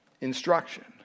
instruction